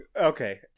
Okay